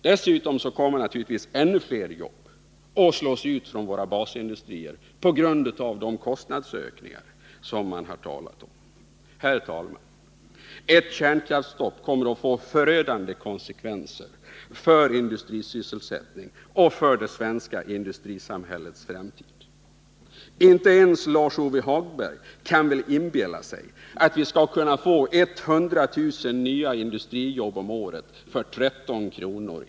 Dessutom kommer naturligtvis ännu fler jobb att slås ut från basindustrier på grund av de kostnadsökningar som man har talat om. Herr talman! Ett kärnkraftsstopp kommer att få förödande konsekvenser för industrisysselsättning och för det svenska industrisamhällets framtid. Inte ens Lars-Ove Hagberg kan väl inbilla sig att vi skall kunna få 100 000 nya industrijobb om året för 13 kr.